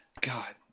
God